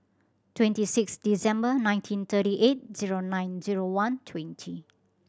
twenty six December nineteen thirty eight zero nine zero one twenty